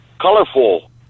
colorful